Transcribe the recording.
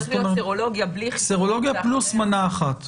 זה צריך להיות סרולוגיה --- סרולוגיה פלוס מנה אחת.